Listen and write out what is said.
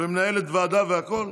ומנהלת ועדה והכול.